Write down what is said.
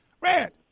Red